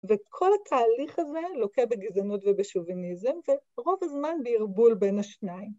וכל התהליך הזה לוקח בגזענות ובשוביניזם ורוב הזמן בערבול בין השניים.